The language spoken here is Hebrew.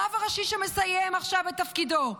הרב הראשי שמסיים עכשיו את תפקידו.